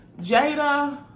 Jada